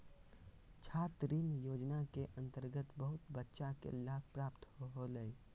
छात्र ऋण योजना के अंतर्गत बहुत बच्चा के लाभ प्राप्त होलय